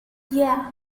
yeah